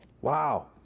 Wow